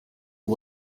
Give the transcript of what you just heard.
ubu